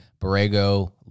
Borrego